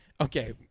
Okay